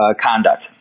conduct